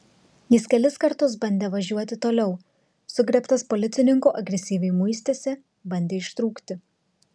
jis kelis kartus bandė važiuoti toliau sugriebtas policininkų agresyviai muistėsi bandė ištrūkti